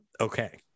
Okay